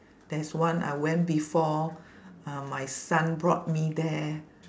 there's one I went before uh my son brought me there